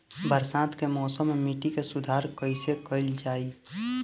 बरसात के मौसम में मिट्टी के सुधार कईसे कईल जाई?